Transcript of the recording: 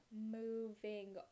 moving